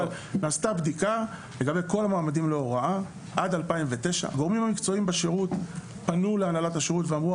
נעשתה בדיקה לגבי כל המועמדים להוראה עד 2009. הגורמים המקצועיים בשירות פנו להנהלת השירות ואמרו,